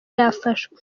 yafashwe